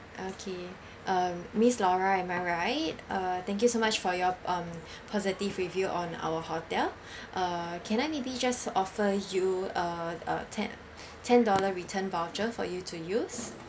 okay um miss laura am I right uh thank you so much for your um positive review on our hotel and then maybe just offer you uh uh ten ten dollar return voucher for you to use